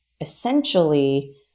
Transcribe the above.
essentially